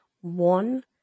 one